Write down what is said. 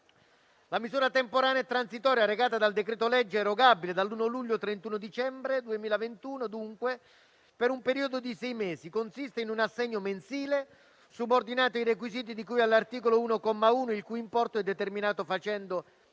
La misura temporanea e transitoria recata dal decreto-legge, erogabile dal 1° luglio al 31 dicembre 2021, dunque per un periodo di sei mesi, consiste in un assegno mensile subordinato ai requisiti di cui all'articolo 1, comma 1, il cui importo è determinato facendo